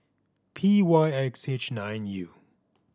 P Y X H nine U